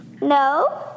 No